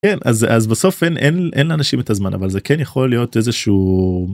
כן, אז אז בסוף אין אין לאנשים את הזמן. אבל זה כן יכול להיות איזה שהוא.